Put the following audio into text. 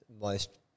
most-